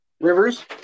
Rivers